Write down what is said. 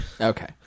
Okay